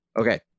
Okay